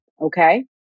Okay